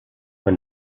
when